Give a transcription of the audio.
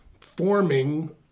forming